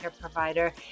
provider